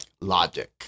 logic